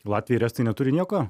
latviai ir estai neturi nieko